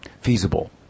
feasible